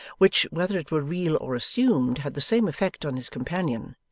which, whether it were real or assumed, had the same effect on his companion,